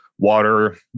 water